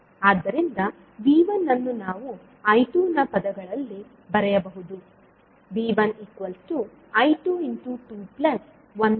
ಆದ್ದರಿಂದ V1 ಅನ್ನು ನಾವು I2 ನ ಪದಗಳಲ್ಲಿ ಬರೆಯಬಹುದು